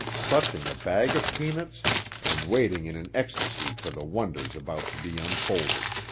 clutching a bag of peanuts and waiting in an ecstasy for the wonders about to be unfolded.